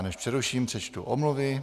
Než přeruším, přečtu omluvy.